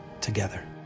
together